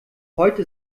heute